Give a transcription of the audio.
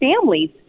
families